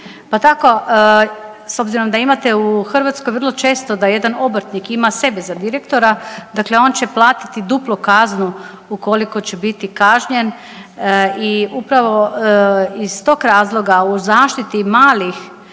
Pa tako s obzirom da imate u Hrvatskoj vrlo često da jedan obrtnik ima sebe za direktora, dakle on će platiti duplu kaznu ukoliko će biti kažnjen i upravo iz tog razloga u zaštiti malih